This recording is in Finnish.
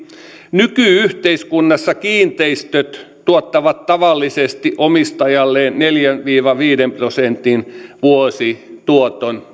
nyky yhteiskunnassa kiinteistöt tuottavat tavallisesti omistajalleen neljän viiva viiden prosentin vuosituoton